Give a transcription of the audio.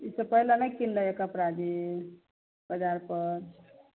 ई सँ पहिले नहि कीनलै कपड़ा जे बजार पर